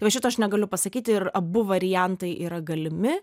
va šito aš negaliu pasakyti ir abu variantai yra galimi